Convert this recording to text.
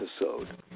episode